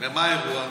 ומה האירוע?